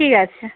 ঠিক আছে